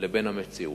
לבין המציאות.